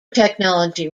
technology